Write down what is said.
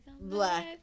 black